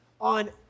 on